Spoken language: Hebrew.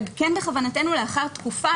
לאחר תקופה,